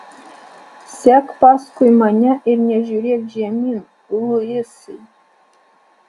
sek paskui mane ir nežiūrėk žemyn luisai